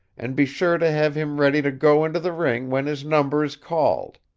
and be sure to have him ready to go into the ring when his number is called.